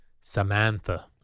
Samantha